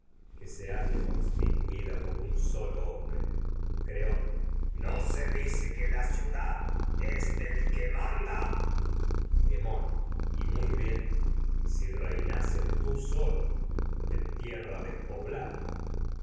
que halle constituida por un solo hombre creonte manda no se dice que la ciudad es del que üüi títágfíóíás dfí sóíoclé hemón y muy bien si reinases tii solo en tierra despoblada